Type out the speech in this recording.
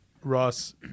Ross